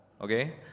okay